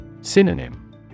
Synonym